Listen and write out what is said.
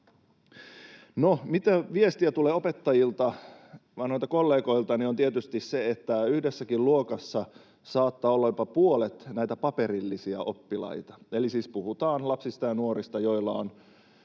se, mitä viestiä tulee opettajilta, vanhoilta kollegoiltani, on tietysti se, että yhdessäkin luokassa saattaa olla jopa puolet näitä paperillisia oppilaita. Eli siis puhutaan lapsista ja nuorista, joilla on